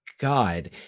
God